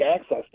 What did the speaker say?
access